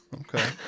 Okay